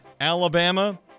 Alabama